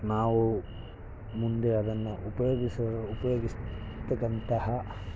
ನಾವು ಮುಂದೆ ಅದನ್ನು ಉಪಯೋಗಿಸ ಉಪಯೋಗಿಸತಕ್ಕಂತಹ